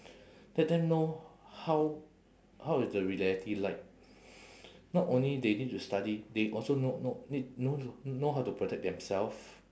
let them know how how is the reality like not only they need to study they also know know need know know how to protect themselves